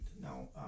now